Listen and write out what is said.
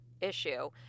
issue